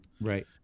Right